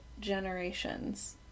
Generations